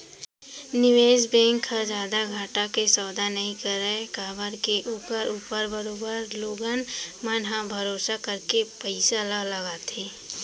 निवेस बेंक ह जादा घाटा के सौदा नई करय काबर के ओखर ऊपर बरोबर लोगन मन ह भरोसा करके पइसा ल लगाथे